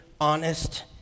honest